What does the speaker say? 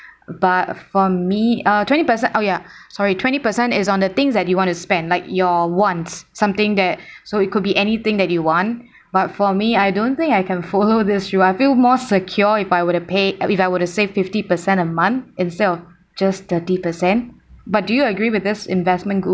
but for me uh twenty percent oh ya sorry twenty percent is on the things that you want to spend like your wants something that so it could be anything that you want but for me I don't think I can follow this rule I feel more secure if I would've paid if I would've saved fifty percent a month instead of just thirty percent but do you agree with this investment guru